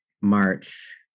March